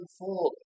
unfold